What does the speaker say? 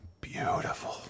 beautiful